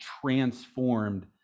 transformed